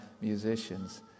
musicians